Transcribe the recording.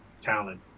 talent